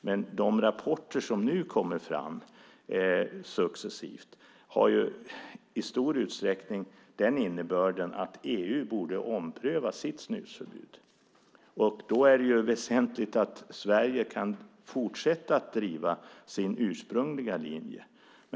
Men de rapporter som nu successivt kommer fram har ju i stor utsträckning den innebörden att EU borde ompröva sitt snusförbud. Då är det väsentligt att Sverige kan fortsätta driva sin ursprungliga linje.